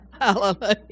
Hallelujah